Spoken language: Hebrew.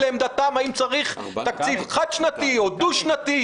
לעמדתם אם צריך תקציב חד-שנתי או דו-שנתי.